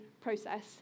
process